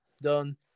done